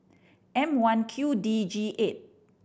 M One Q D G eight